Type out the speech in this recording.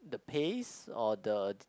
the pace or the